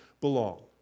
belong